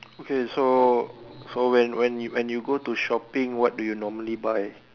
okay so so when when when you go to shopping what do you normally buy